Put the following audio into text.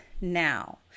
now